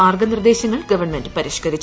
മാർഗ്ഗനിർദ്ദേശങ്ങൾ ഗവൺമെന്റ് പരിഷ്ക്കർിച്ചു